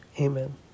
Amen